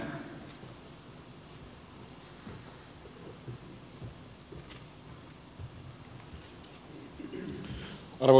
arvoisa puhemies